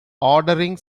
ordering